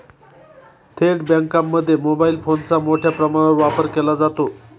थेट बँकांमध्ये मोबाईल फोनचा मोठ्या प्रमाणावर वापर केला जातो